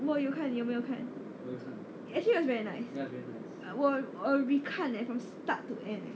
我有看你有没有看 actually was very nice 我我 re~ 看 leh from start to end eh